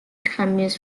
cameos